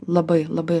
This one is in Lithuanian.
labai labai